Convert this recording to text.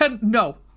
no